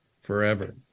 forever